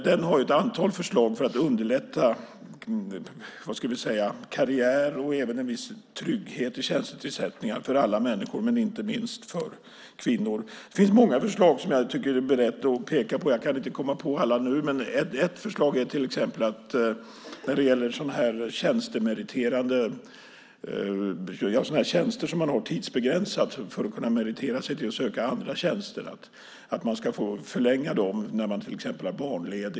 Den har ett antal förslag för att underlätta karriär och även en viss trygghet vid tjänstetillsättningar för alla människor, inte minst för kvinnor. Det finns många förslag som jag är beredd att peka på. Jag kan inte komma på alla nu, men ett förslag är att man till exempel när man har barnledigt ska få förlänga tidsbegränsade tjänster som man har för att kunna meritera sig till att söka andra tjänster.